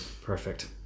Perfect